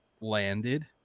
landed